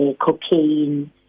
cocaine